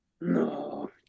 No